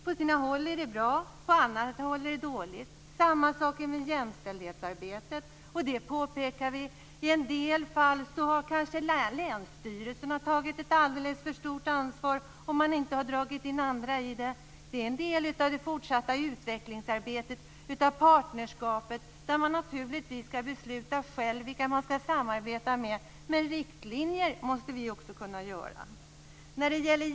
På sina håll är det bra. På andra håll är det dåligt. Det är samma sak med jämställdhetsarbetet; och det påpekar vi. I en del fall har länsstyrelsen kanske tagit ett alldeles för stort ansvar; man har inte dragit in andra i arbetet. Det handlar om en del av det fortsatta utvecklingsarbetet av partnerskapen. Man ska naturligtvis själv besluta vilka man ska samarbeta med. Men vi måste också kunna ge riktlinjer.